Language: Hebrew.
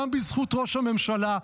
גם בזכות ראש הממשלה,